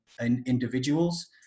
individuals